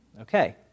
Okay